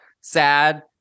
sad